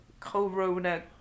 corona